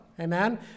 Amen